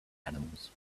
animals